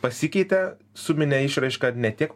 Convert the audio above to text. pasikeitė suminė išraiška ne tiek